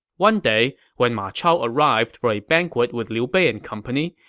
one day, when ma chao arrived for a banquet with liu bei and company,